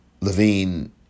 Levine